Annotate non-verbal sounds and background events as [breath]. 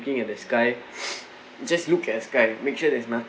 looking at the sky [breath] just look at a sky make sure there's nothing